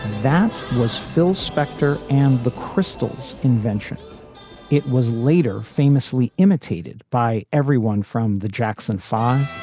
that was phil spector and the crystals invention it was later famously imitated by everyone from the jackson fan